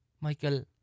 Michael